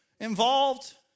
involved